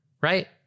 right